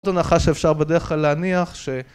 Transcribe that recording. זאת הנחה שאפשר בדרך כלל להניח ש...